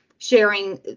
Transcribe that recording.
sharing